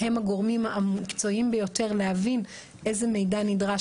הם הגורמים המקצועיים ביותר להבין איזה מידע נדרש,